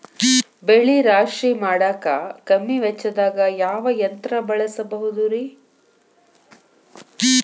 ಬೆಳೆ ರಾಶಿ ಮಾಡಾಕ ಕಮ್ಮಿ ವೆಚ್ಚದಾಗ ಯಾವ ಯಂತ್ರ ಬಳಸಬಹುದುರೇ?